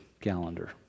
calendar